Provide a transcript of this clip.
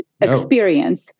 experience